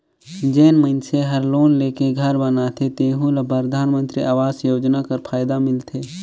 जेन मइनसे हर लोन लेके घर बनाथे तेहु ल परधानमंतरी आवास योजना कर फएदा मिलथे